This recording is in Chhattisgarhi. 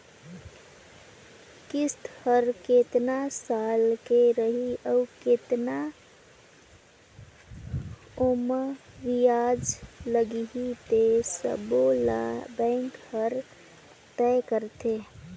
किस्त हर केतना साल के रही अउ केतना ओमहा बियाज लगही ते सबो ल बेंक हर तय करथे